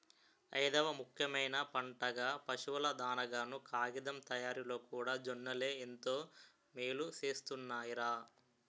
ఐదవ ముఖ్యమైన పంటగా, పశువుల దానాగాను, కాగితం తయారిలోకూడా జొన్నలే ఎంతో మేలుసేస్తున్నాయ్ రా